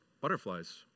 butterflies